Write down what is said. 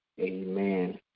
Amen